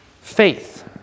faith